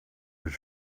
was